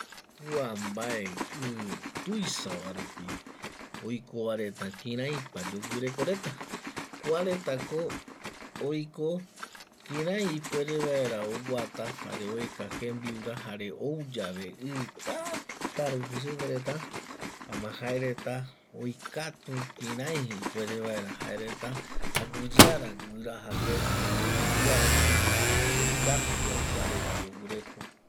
Kua mbae i tuisa va rupi oikovareta kiraipa pa yogurekoreta kua reta ko oiko kirai ipuere vaera oguata jaera ueka jembiura jare ou yave i tata rupi supe va reta jaema jae reta oikatu kirai ipuere vaera jaereta aguiyeara guiraja keti o aguiyeara oyuca oikatu yae kuareta yogureko